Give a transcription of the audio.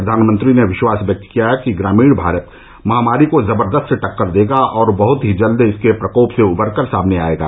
प्रधानमंत्री ने विश्वास व्यक्त किया कि ग्रामीण भारत महामारी को जबर्दस्त टक्कर देगा और बहत ही जल्द इसके प्रकोप से उबरकर सामने आएगा